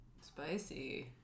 Spicy